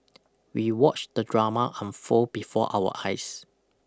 we watched the drama unfold before our eyes